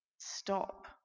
stop